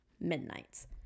midnights